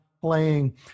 playing